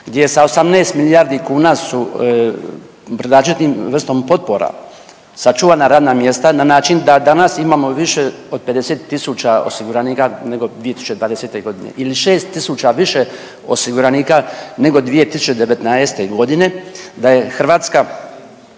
gdje sa 18 milijardi kuna su … vrstom potpora sačuvana radna mjesta na način da danas imamo više od 50.000 osiguranika nego 2020.g. ili 6.000 više osiguranika nego 2019.g. da je Hrvatska